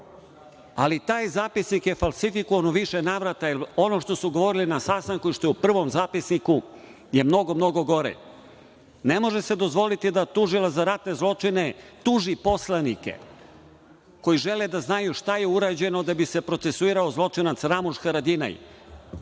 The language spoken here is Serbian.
Ali, taj zapisnik je falsifikovan u više navrata, jer ono što su govorili na sastanku i što je u prvom zapisniku je mnogo, mnogo gore. Ne može se dozvoliti da tužilac za ratne zločine tuži poslanike koji žele da znaju šta je urađeno da bi se procesuirao zločinac Ramuš Haradinaj,